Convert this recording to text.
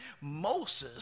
Moses